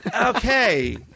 okay